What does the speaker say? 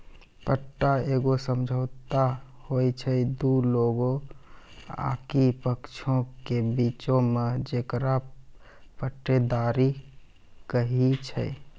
पट्टा एगो समझौता होय छै दु लोगो आकि पक्षों के बीचो मे जेकरा पट्टेदारी कही छै